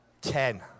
Ten